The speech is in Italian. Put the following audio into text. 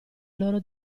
loro